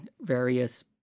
various